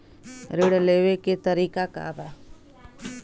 ऋण लेवे के तरीका का बा?